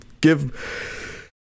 give